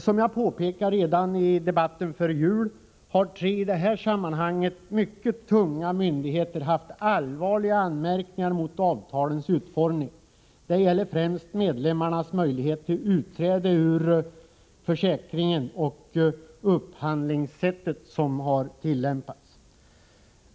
Som jag påpekade redan i debatten före jul har tre i detta sammanhang mycket tunga myndigheter haft allvarliga anmärkningar mot avtalens utformning. Det gäller främst medlemmarnas möjlighet till utträde ur försäkringen och det upphandlingssätt som tillämpats.